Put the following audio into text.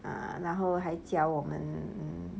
ah 然后还教我们